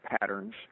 patterns